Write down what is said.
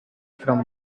from